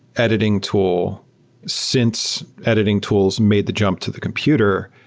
editing tool since editing tools made the jump to the computer,